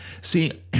See